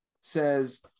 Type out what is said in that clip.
says